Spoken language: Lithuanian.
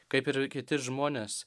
kaip ir kiti žmonės